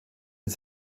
mit